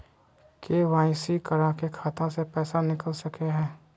KYC करा के खाता से पैसा निकल सके हय?